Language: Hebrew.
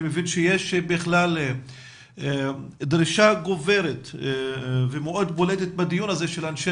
אני מבין שיש בכלל דרישה גוברת ומאוד בולטת בדיון הזה של אנשי